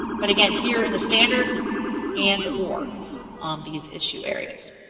but again, here in the standards it's and or um these issue areas.